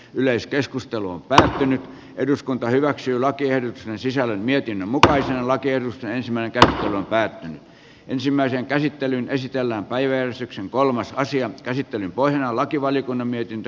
yleiskeskustelu väsähtynyt eduskunta hyväksyy laki ja sen sisällä mietin mutkaisella kierrosta ensimmäinen pellonpään ensimmäisen käsittelyn esitellä aiheen syksyn kolmas asian pohjana on lakivaliokunnan mietintö